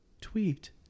tweet